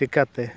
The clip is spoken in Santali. ᱪᱤᱠᱟᱛᱮ